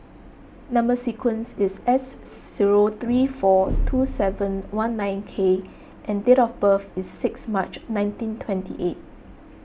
Number Sequence is S zero three four two seven one nine K and date of birth is six March nineteen twenty eight